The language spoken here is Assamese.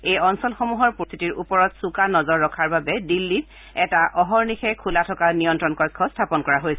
এই অঞ্চলসমূহৰ পৰিস্থিতিৰ ওপৰত চোকা নজৰ ৰখাৰ বাবে দিল্লীত এটা অহৰ্নিশে খোলা থকা নিয়ল্লণ কক্ষ স্থাপন কৰা হৈছে